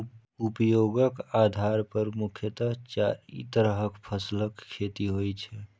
उपयोगक आधार पर मुख्यतः चारि तरहक फसलक खेती होइ छै